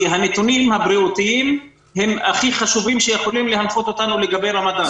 כי כנתונים הבריאותיים הם הכי חשובים שיכולים להנחות אותנו לגבי רמדאן.